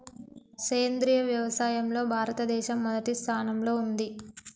సేంద్రియ వ్యవసాయంలో భారతదేశం మొదటి స్థానంలో ఉంది